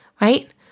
right